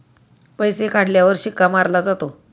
पैसे काढण्यावर शिक्का मारला जातो